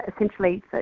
essentially